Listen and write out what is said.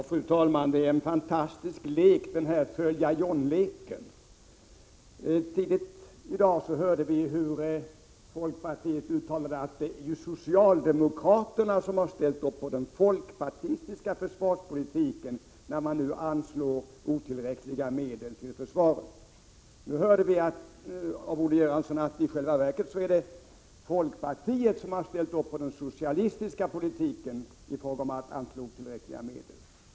Fru talman! ”Följa John” är en fantastisk lek. Tidigt i dag hörde vi folkpartiets representant uttala att socialdemokraterna har ställt upp på den folkpartistiska försvarspolitiken när man nu anslår otillräckliga medel till försvaret. Nu hörde vi av Olle Göransson att det i själva verket är folkpartiet som har ställt upp på den socialistiska politiken i fråga om att anslå otillräckliga medel.